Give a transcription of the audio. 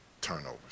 turnovers